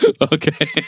Okay